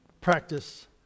practice